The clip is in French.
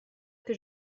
que